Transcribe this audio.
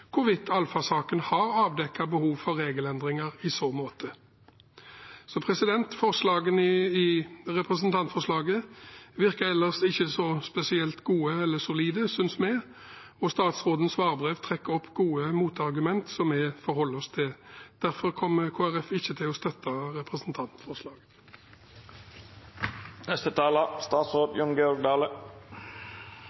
hvorvidt Alpha-saken har avdekket behov for regelendringer i så måte. Punktene i representantforslaget virker ellers ikke spesielt gode eller solide, synes vi, og statsrådens svarbrev trekker fram gode motargumenter som vi forholder oss til. Derfor kommer Kristelig Folkeparti ikke til å støtte representantforslaget.